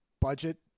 budget